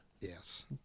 Yes